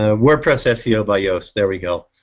ah wordpress ah seo by yoast, there you go.